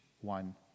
one